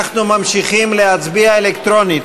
אנחנו ממשיכים להצביע אלקטרונית.